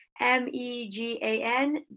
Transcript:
M-E-G-A-N